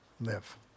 live